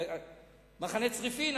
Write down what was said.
מחנה צריפין,